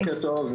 בוקר טוב,